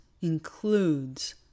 includes